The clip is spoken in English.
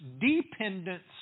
dependence